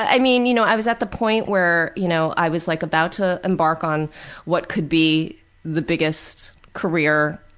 i mean, you know i was at the point where you know i was like about to embark on what could be the biggest career,